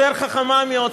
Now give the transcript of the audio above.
יותר חכמה מאותם נציגי העדה?